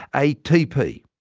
atp.